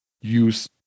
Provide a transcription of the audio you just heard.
use